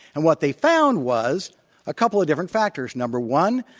and what they found was a couple of different factors. number one,